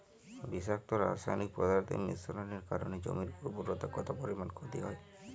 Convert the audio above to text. বিষাক্ত রাসায়নিক পদার্থের মিশ্রণের কারণে জমির উর্বরতা কত পরিমাণ ক্ষতি হয়?